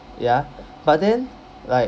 ya but then like